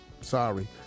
sorry